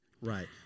Right